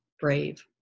brave